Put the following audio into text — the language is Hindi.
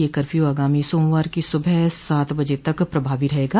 यह कर्फ्यू आगामी सोमवार की सुबह सात बजे तक प्रभावी रहेगा